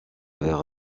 vers